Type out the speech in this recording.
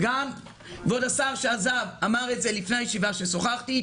וגם כבוד השר שעזב אמר את זה כששוחחנו לפני הישיבה,